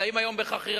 נמצאים היום בחכירה.